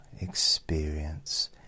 experience